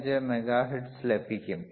125 megahertz ലഭിക്കും